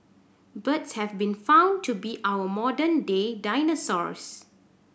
birds have been found to be our modern day dinosaurs